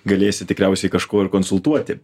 galėsi tikriausiai kažko ir konsultuoti